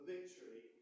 victory